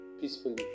peacefully